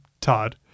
Todd